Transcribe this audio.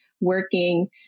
working